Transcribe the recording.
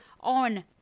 on